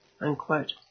unquote